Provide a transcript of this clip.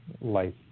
life